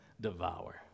devour